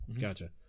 gotcha